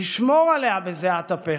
לשמור עליה בזיעת אפיך.